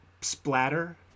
splatter